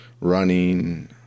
running